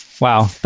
Wow